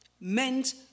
meant